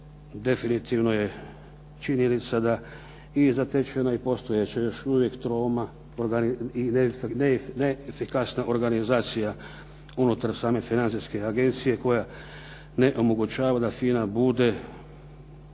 definitivno je činjenica da i zatečena i postojeća još uvijek troma neefikasna organizacija unutar same Financijske agencije koja ne omogućava da FINA bude